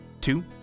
two